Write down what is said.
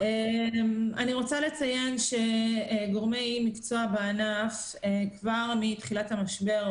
אני רוצה לציין שגורמי מקצוע בענף כבר מתחילת המשבר,